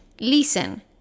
Listen